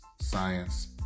science